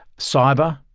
cyber,